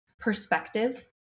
perspective